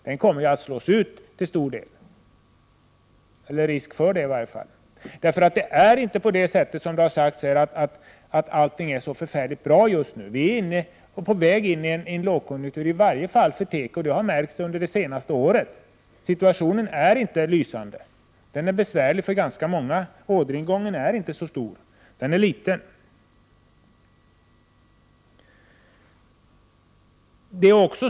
Tekoindustrin kommer till stor del att slås ut. Det är i varje fall risk för det. Allting är inte så förfärligt bra just nu som man tidigare har hävdat. I varje fall är teko på väg in i en lågkonjunktur. Detta har märkts under det senaste året. Situationen är inte lysande. Det är en för många besvärlig situation. Orderingången är inte så stor, utan den är liten.